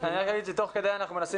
רק אגיד שתוך כדי הדיון אנחנו מנסים